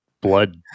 blood